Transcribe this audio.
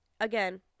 Again